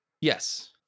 Yes